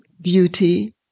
beauty